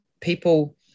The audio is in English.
people